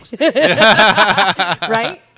Right